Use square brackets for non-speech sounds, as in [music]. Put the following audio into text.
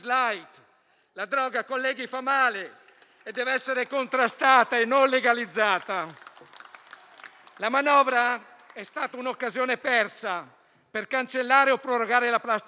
La droga, colleghi, fa male e deve essere contrastata, non legalizzata! [applause] La manovra è stata un'occasione persa per cancellare o prorogare la *plastic tax.*